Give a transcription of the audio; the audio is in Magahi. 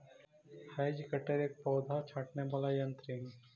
हैज कटर एक पौधा छाँटने वाला यन्त्र ही